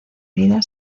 vida